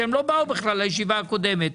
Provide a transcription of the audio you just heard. שהם לא באו בכלל לישיבה הקודמת.